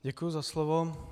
Děkuji za slovo.